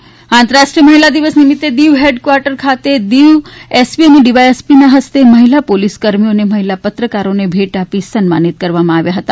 દરમિયાન આંતરરાષ્ટ્રીય મહિલા દિવસ નિમિત્તે દીવ હેડ ક્વાર્ટર ખાતે દીવ એસપી અને ડીવાયએસપીના ફસ્તે મહિલા પોલીસકર્મીઓ અને મહિલા પત્રકારોને ભેટ આપી સન્માનિત કરવામાં આવ્યા હતા